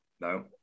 No